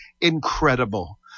incredible